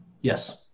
Yes